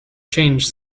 changed